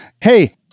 Hey